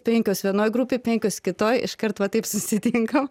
penkios vienoj grupėj penkios kitoj iškart va taip susitinkam